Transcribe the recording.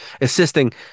assisting